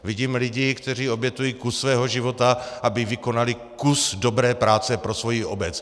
Vidím lidi, kteří obětují kus svého života, aby vykonali kus dobré práce pro svoji obec.